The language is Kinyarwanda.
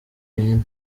wenyine